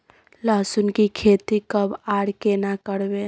लहसुन की खेती कब आर केना करबै?